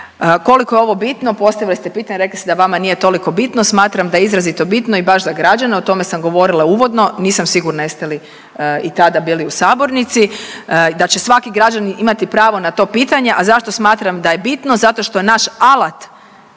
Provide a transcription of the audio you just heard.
Koliko je ovo bitno postavili ste pitanje, rekli ste da vama nije toliko bitno. Smatram da je izrazito bitno i baš za građane, o tome sam govorila uvodno. Nisam sigurna jeste li i tada bili u sabornici, da će svaki građanin imati pravo na to pitanje, a zašto smatram da je bitno? Zato što naš alat